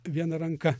viena ranka